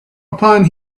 upon